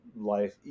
life